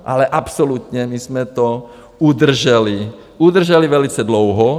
Ale absolutně my jsme to udrželi, udrželi velice dlouho.